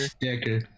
Decker